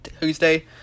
Tuesday